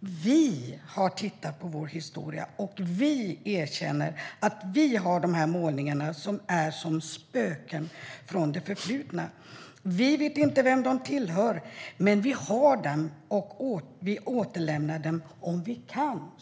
'Vi har tittat på vår historia och vi erkänner att vi har de här målningarna som är som spöken från det förflutna. Vi vet inte vem de tillhör, men vi har dem och vi återlämnar dem om vi kan'."